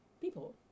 people